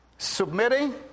Submitting